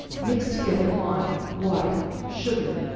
mix together wine, water, sugar,